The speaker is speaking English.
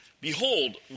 behold